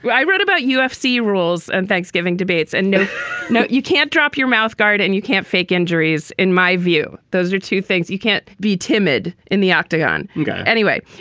i read about ufc rules and thanksgiving debates. and, you know, you can't drop your mouth guard and you can't fake injuries. in my view, those are two things. you can't be timid in the octagon anyway.